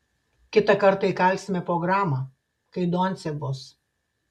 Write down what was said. kitą kartą įkalsime po gramą kai doncė bus